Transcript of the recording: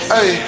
Hey